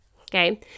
okay